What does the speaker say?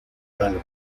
calvo